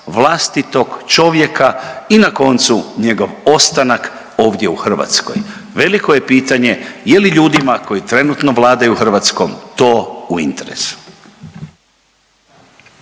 vlastitog čovjeka i na koncu njegov ostanak ovdje u Hrvatskoj. Veliko je pitanje je li ljudima koji trenutno vladaju Hrvatskom to u interesu.